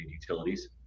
utilities